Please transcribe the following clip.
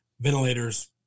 ventilators